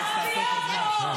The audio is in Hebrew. העם רוצה אותו.